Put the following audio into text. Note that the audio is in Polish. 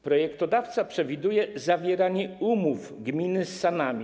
Projektodawca przewiduje zawieranie umów gminy z SAN-ami.